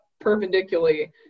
perpendicularly